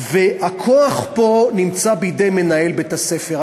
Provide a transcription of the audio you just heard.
והכוח פה נמצא בידי מנהל בית-הספר.